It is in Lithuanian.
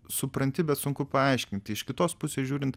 supranti bet sunku paaiškinti iš kitos pusės žiūrint